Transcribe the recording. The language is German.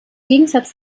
gegensatz